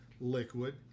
liquid